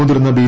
മുതിർന്ന ബി